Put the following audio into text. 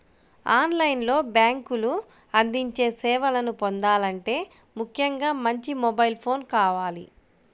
on line లో బ్యేంకులు అందించే సేవలను పొందాలంటే ముఖ్యంగా మంచి మొబైల్ ఫోన్ కావాలి